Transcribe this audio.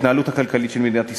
להתנהלות הכלכלית של מדינת ישראל,